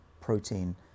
protein